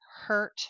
hurt